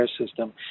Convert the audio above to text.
system